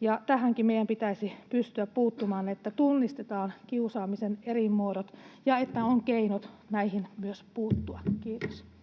ja tähänkin meidän pitäisi pystyä puuttumaan, että tunnistetaan kiusaamisen eri muodot ja että on keinot näihin myös puuttua. — Kiitos.